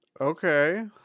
Okay